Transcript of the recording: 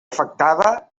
afectada